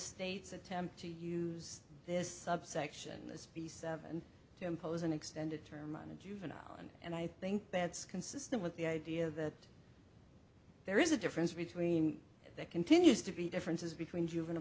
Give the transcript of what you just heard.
state's attempt to use this subsection this piece and to impose an extended term and a juvenile and i think that's consistent with the idea that there is a difference between that continues to be differences between juvenile